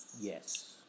Yes